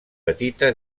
petita